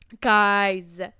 Guys